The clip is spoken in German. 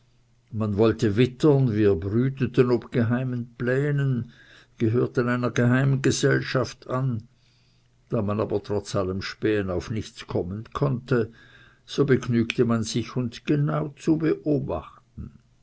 man wollte wittern wir brüteten ob geheimen plänen gehörten einer geheimen gesellschaft an da man aber trotz allem spähen auf nichts kommen konnte so begnügte man sich uns genau zu beobachten